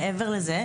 מעבר לזה,